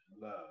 love